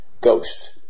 Ghost